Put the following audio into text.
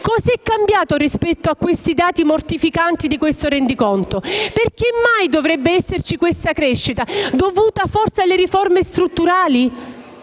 Cos'è cambiato rispetto ai dati mortificanti di questo Rendiconto? Perché mai dovrebbe esserci questa crescita? È dovuta forse alle riforme strutturali?